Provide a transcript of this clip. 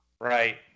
Right